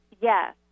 Yes